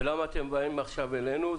ולמה אתם באים עכשיו אלינו?